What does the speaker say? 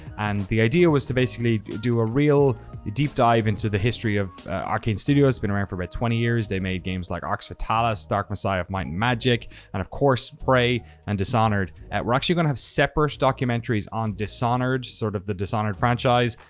and the idea was to basically do a real deep dive into the history of arkane studio. it's been around for about but twenty years. they made games like arx fatalis, dark messiah of might and magic, and of course prey and dishonored. we're actually going to have separate documentaries on dishonored, sort of the dishonored franchise,